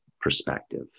perspective